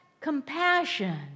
compassion